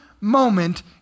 moment